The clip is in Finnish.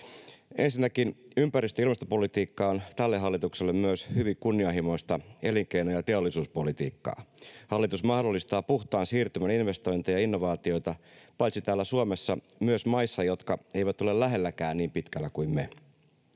Ensinnäkin ympäristö- ja ilmastopolitiikka on tälle hallitukselle myös hyvin kunnianhimoista elinkeino- ja teollisuuspolitiikkaa. Hallitus mahdollistaa puhtaan siirtymän investointeja ja innovaatioita paitsi täällä Suomessa myös maissa, jotka eivät ole lähelläkään niin pitkällä kuin me.